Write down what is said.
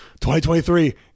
2023